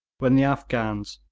when the afghans,